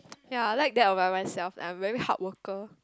ya I like that about myself that I'm very hard worker